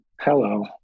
Hello